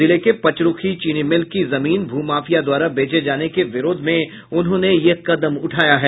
जिले के पंचरूखी चीनी मिल की जमीन भू माफिया द्वारा बेचे जाने के विरोध में उन्होंने यह कदम उठाया है